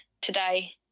today